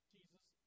Jesus